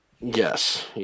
yes